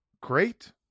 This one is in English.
great